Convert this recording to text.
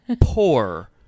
poor